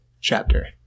chapter